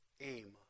aim